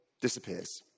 disappears